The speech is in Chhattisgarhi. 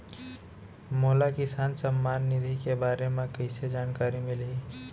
मोला किसान सम्मान निधि के बारे म कइसे जानकारी मिलही?